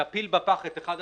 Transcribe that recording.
תפיל בפח את אחד הצרכנים,